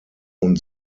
und